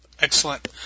excellent